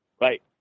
Right